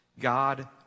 God